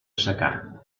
secà